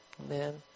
amen